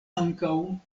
ankaŭ